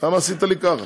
למה עשית לי ככה?